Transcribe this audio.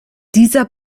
dieser